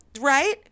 Right